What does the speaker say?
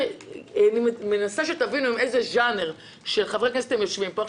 אני מנסה שתבינו עם איזה ז'אנר של חברי כנסת אתם יושבים פה.